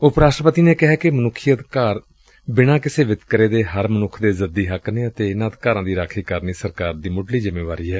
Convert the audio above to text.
ਉਪ ਰਾਸ਼ਟਰਪਤੀ ਨੇ ਕਿਹੈ ਕਿ ਮਨੁੱਖੀ ਅਧਿਕਾਰ ਬਿਨਾਂ ਕਿਸੇ ਵਿਤਕਰੇ ਦੇ ਹਰ ਮਨੁੱਖ ਦੇ ਜੁੱਦੀ ਹੱਕ ਨੇ ਅਤੇ ਇਨ੍ਨਾਂ ਅਧਿਕਾਰਾਂ ਦੀ ਰਾਖੀ ਕਰਨੀ ਸਰਕਾਰ ਦੀ ਮੁੱਢਲੀ ਜਿੰਮੇਵਾਰੀ ਏ